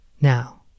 Now